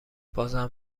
بازم